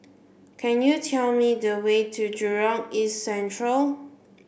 can you tell me the way to Jurong East Central